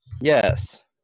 Yes